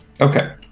Okay